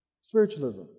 Spiritualism